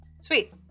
Sweet